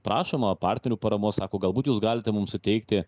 prašoma partnerių paramos sako galbūt jūs galite mums suteikti